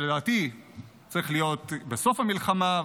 שלדעתי צריך להיות בסוף המלחמה,